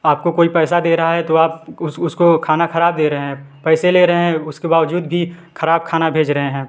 आपको कोई पैसा दे रहा है तो आप उसको खाना ख़राब दे रहे हैं पैसे ले रहे हैं उसके बावजूद भी ख़राब खाना भेज रहे हैं